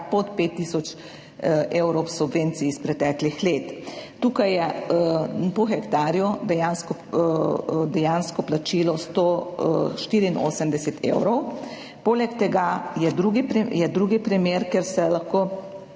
pod 5 tisoč evrov subvencij iz preteklih let. Tukaj je po hektarju dejansko plačilo 184 evrov. Poleg tega je drugi primer, kjer se lahko